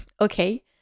okay